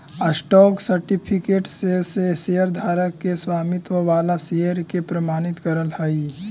stock certificate शेयरधारक के स्वामित्व वाला शेयर के प्रमाणित करऽ हइ